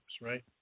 right